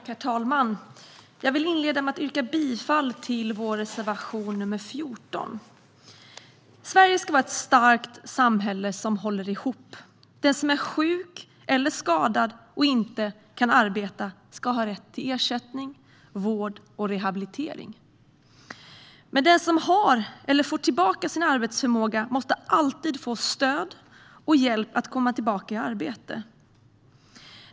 Herr talman! Jag vill inleda med att yrka bifall till vår reservation nr 14. Sverige ska vara ett starkt samhälle som håller ihop. Den som är sjuk eller skadad och inte kan arbeta ska ha rätt till ersättning, vård och rehabilitering. Den som har eller får tillbaka sin arbetsförmåga måste alltid få stöd och hjälp att komma tillbaka i arbete.